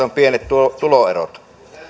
on pienet tuloerot